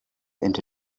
into